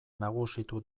nagusitu